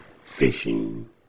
Fishing